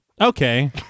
Okay